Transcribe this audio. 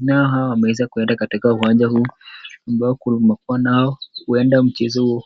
nao hawa wameweza kwenda katika uwanja huu huenda mchezo.